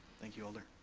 thank you alder.